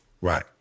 Right